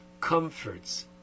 comforts